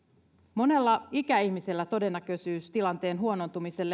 monella ikäihmisellä todennäköisyys tilanteen huonontumiseen